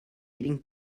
eating